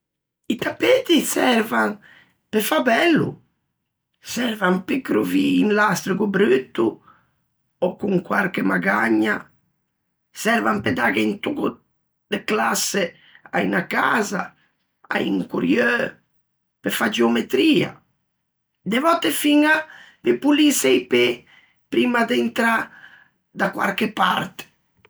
I tappetti servan pe fâ bello, servan pe crovî un lastrego brutto, ò con quarche magagna, servan pe dâghe un tòcco de classe à unna casa, un corrieu, pe fâ geometria, de vòtte fiña pe polîse i pê primma de intrâ da quarche parte.